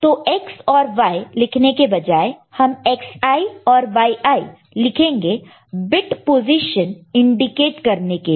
तो X और Y लिखने के बजाय हम Xi और Yi लिखेंगे बिट पोजीशन इंडिकेट करने के लिए